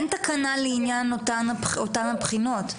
אין תקנה לאותן הבחינות.